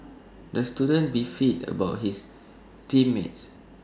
the student beefed about his team mates